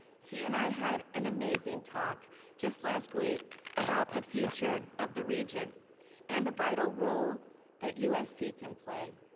he and i had an amazing talk just last week about the future of the region and the vital role that usc can play.